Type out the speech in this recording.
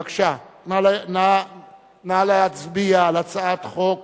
בבקשה, נא להצביע על הצעת חוק